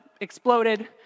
exploded